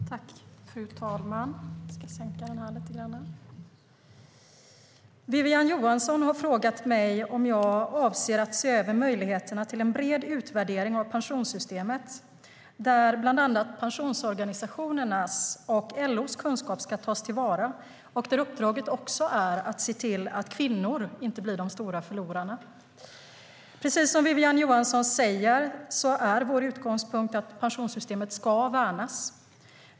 Fru talman! Wiwi-Anne Johansson har frågat mig om jag avser att se över möjligheterna till en bred utvärdering av pensionssystemet där bland annat pensionsorganisationernas och LO:s kunskap tas till vara och där uppdraget också är att se till att kvinnor inte blir de stora förlorarna. Precis som Wiwi-Anne Johansson säger är vår utgångspunkt att pensionssystemet ska värnas.